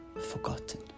forgotten